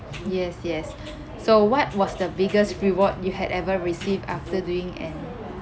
yes yes so what was the biggest reward you had ever received after doing an